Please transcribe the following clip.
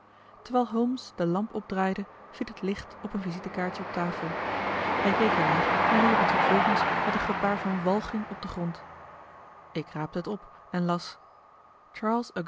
terwijl holmes de lamp opdraaide viel het licht op een visitekaartje op tafel hij keek er naar en wierp het vervolgens met een gebaar van walging op den grond ik raapte het op en las